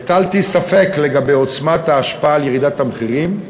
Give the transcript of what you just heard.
הטלתי ספק בעוצמת ההשפעה שלהן על ירידת המחירים,